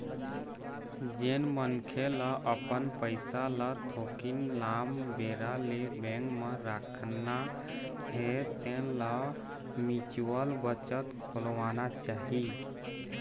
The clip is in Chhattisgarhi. जेन मनखे ल अपन पइसा ल थोकिन लाम बेरा ले बेंक म राखना हे तेन ल म्युचुअल बचत खोलवाना चाही